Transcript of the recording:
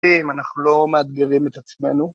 ‫אם אנחנו לא מאתגרים את עצמנו.